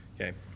okay